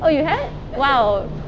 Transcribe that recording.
oh you had !wow!